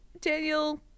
Daniel